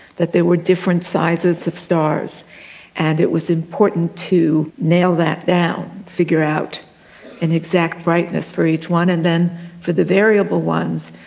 that there were different sizes of stars and it was important to nail that down, figure out an exact brightness for each one and then for the variable ones,